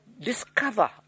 discover